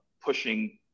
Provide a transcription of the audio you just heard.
pushing